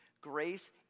grace